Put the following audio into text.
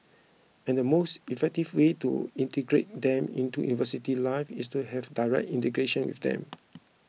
and the most effective way to integrate them into university life is to have direct integration with them